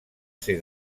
ser